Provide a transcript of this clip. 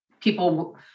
people